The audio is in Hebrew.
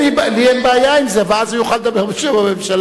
לי אין בעיה עם זה, ואז הוא יוכל לדבר בשם הממשלה.